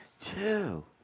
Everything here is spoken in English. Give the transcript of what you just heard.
chill